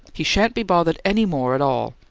he shan't be bothered any more at all!